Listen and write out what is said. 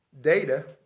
data